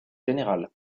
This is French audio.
général